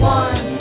one